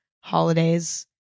holidays